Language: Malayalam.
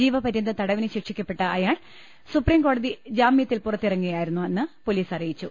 ജീവപ ര്യന്തം തടവിന് ശിക്ഷിക്കപ്പെട്ട അയാൾ സുപ്രീംകോടതി ജാമ്യ ത്തിൽ പുറത്തിറങ്ങിയതായിരുന്നെന്ന് പൊലീസ് അറിയിച്ചു